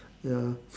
ya